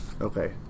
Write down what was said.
Okay